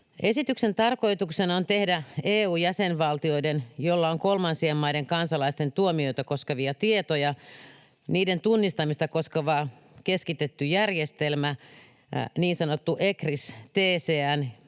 Esityksen tarkoituksena on tehdä niiden EU:n jäsenvaltioiden, joilla on kolmansien maiden kansalaisten tuomioita koskevia tietoja, tunnistamista koskeva keskitetty järjestelmä, niin sanottu ECRIS-TCN,